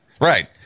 Right